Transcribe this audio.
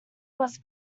was